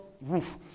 roof